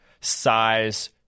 size